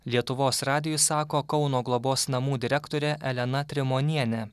lietuvos radijui sako kauno globos namų direktorė elena trimonienė